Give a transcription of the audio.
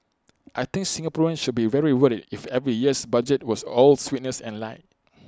I think Singaporeans should be very worried if every year's budget was all sweetness and light